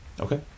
Okay